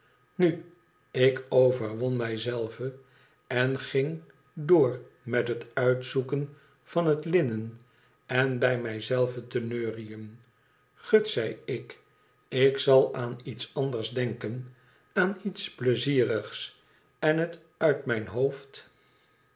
nu ik overwon mij zelve en ging door met het uitzoeken van het linnen en bij mij zelve te neuriën gut zei ik tik zal aan iets anders denken aan iets pleizierigs en het uit mijn hoofd